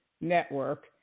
network